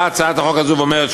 באה הצעת החוק הזו ואומרת,